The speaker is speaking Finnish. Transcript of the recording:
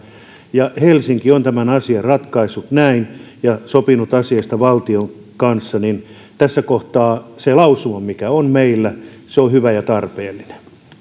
helsinki on tämän asian ratkaissut näin ja sopinut asiasta valtion kanssa niin että tässä kohtaa se lausuma mikä on meillä on hyvä ja tarpeellinen